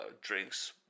drinks